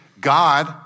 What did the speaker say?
God